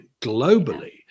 globally